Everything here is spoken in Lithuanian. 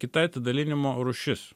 kita atidalinimo rūšis